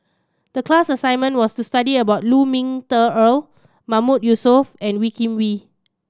the class assignment was to study about Lu Ming Teh Earl Mahmood Yusof and Wee Kim Wee